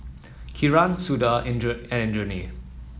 Kiran Suda and Indranee